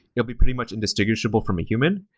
it will be pretty much indistinguishable from a human.